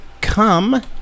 come